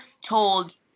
told